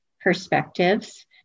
perspectives